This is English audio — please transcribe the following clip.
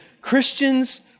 Christians